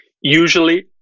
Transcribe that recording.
Usually